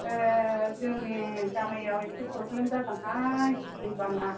जोंनि गामियाव इसे प्रब्लेम जादोंहाय दैबाना